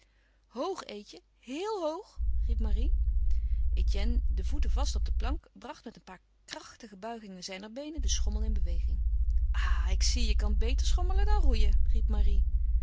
hoog eetje heel hoog riep marie etienne de voeten vast op de plank bracht met een paar krachtige buigingen zijner beenen den schommel in beweging ah ik zie je kan beter schommelen dan roeien riep marie